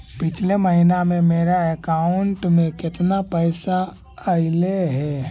पिछले महिना में मेरा अकाउंट में केतना पैसा अइलेय हे?